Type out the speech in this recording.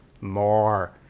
more